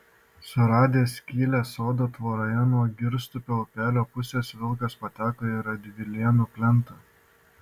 suradęs skylę sodo tvoroje nuo girstupio upelio pusės vilkas pateko į radvilėnų plentą